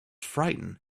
frightened